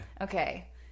Okay